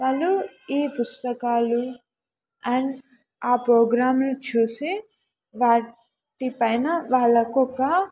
వాళ్ళు ఈ పుస్తకాలు అండ్ ఆ ప్రోగ్రాంలు చూసి వాటిపైన వాళ్ళకొక